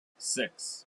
six